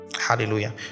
hallelujah